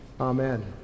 Amen